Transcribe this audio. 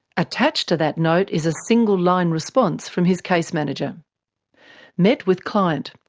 attached to that note is a single line response from his case manager met with client.